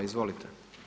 Izvolite.